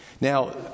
Now